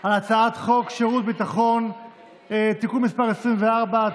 על הצעת חוק שירות ביטחון (תיקון מס' 24),